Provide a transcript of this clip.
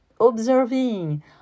observing